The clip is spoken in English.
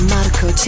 Marco